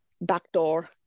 backdoor